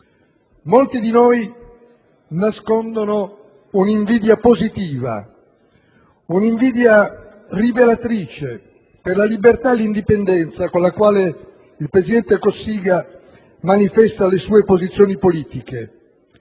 Molti di noi nascondono un'invidia positiva, un'invidia rivelatrice, per la libertà e l'indipendenza con la quale il presidente Cossiga manifesta le sue posizioni politiche,